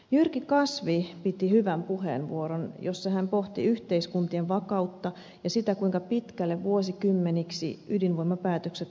jyrki kasvi piti hyvän puheenvuoron jossa hän pohti yhteiskuntien vakautta ja sitä kuinka pitkälle vuosikymmeniksi ydinvoimapäätökset vaikuttavat